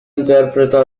interpreta